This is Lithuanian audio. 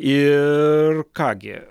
ir ką gi